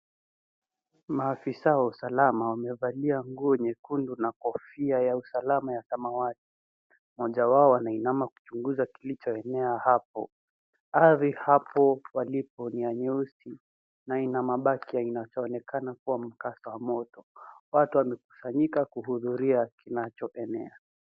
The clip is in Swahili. Maafisa wa usalama wamevalia nguo nyekundu na kofia ya usalama ya samawati. Mmoja wao anainama kuchunguza kilichoenea hapo. Ardhi hapo palipo ni ya nyeusi na ina mabaki ya inachooenakana kuwa mkasa wa moto. Watu wamekusanyika kuhudhuria kinachoenea.